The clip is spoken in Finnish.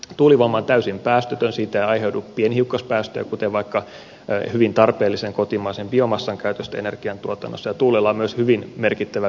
tuulivoima on täysin päästötön siitä ei aiheudu pienhiukkaspäästöjä kuten vaikka hyvin tarpeellisen kotimaisen biomassan käytöstä energiantuotannossa ja tuulella on myös hyvin merkittävä vientipotentiaali